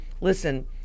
listen